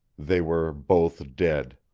they were both dead